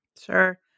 Sure